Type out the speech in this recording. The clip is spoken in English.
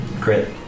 crit